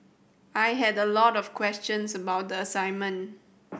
I had a lot of questions about the assignment